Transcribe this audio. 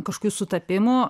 kažkokių sutapimų